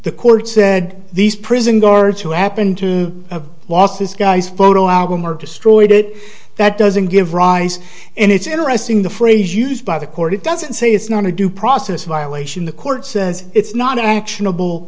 the court said these prison guards who happened to have lost this guy's photo album are destroyed it that doesn't give rise and it's interesting the phrase used by the court it doesn't say it's not a due process violation the court says it's not act